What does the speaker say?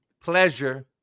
pleasure